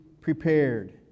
prepared